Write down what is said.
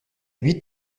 huit